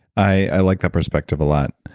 i like that perspective a lot.